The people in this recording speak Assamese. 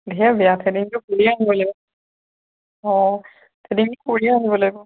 ধেত বেয়া থ্ৰেডিঙটো লাগিব অঁ থ্ৰেডিঙনটো কৰি আনিব লাগিব